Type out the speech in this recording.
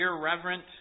irreverent